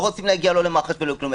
לא רוצים להגיע לא למח"ש ולא לכלום,